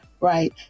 right